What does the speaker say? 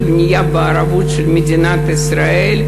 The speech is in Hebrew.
זו בנייה בערבות של מדינת ישראל.